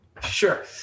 Sure